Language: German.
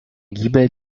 giebel